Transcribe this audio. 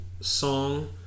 song